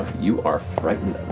you are frightened